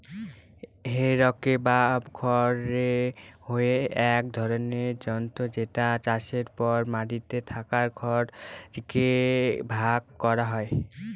হে rake বা খড় rake হচ্ছে এক ধরনের যন্ত্র যেটা চাষের পর মাটিতে থাকা খড় কে ভাগ করা হয়